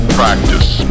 practice